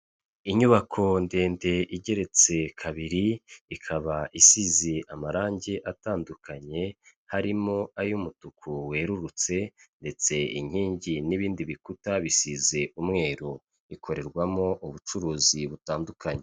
Inyubako ndende igeretse kabiri, ikaba isize amarangi atandukanye harimo ay’umutuku werurutse. Inkingi n’ibindi bikuta bisize umweru, korerwamo ubucuruzi butandukanye.